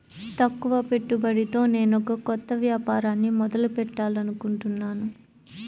తక్కువ పెట్టుబడితో నేనొక కొత్త వ్యాపారాన్ని మొదలు పెట్టాలనుకుంటున్నాను